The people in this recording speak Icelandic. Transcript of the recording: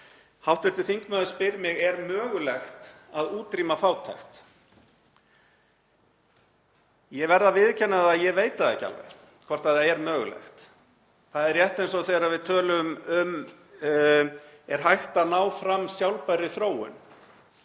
fátækt. Hv. þingmaður spyr mig: Er mögulegt að útrýma fátækt? Ég verð að viðurkenna að ég veit ekki alveg hvort það er mögulegt. Það er rétt eins og þegar við tölum um hvort hægt sé að ná fram sjálfbærri þróun.